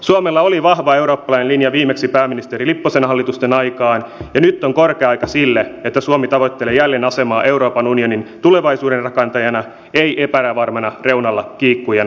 suomella oli vahva eurooppalainen linja viimeksi pääministeri lipposen hallitusten aikaan ja nyt on korkea aika sille että suomi tavoittelee jälleen asemaa euroopan unionin tulevaisuuden rakentajana ei epävarmana reunalla kiikkujana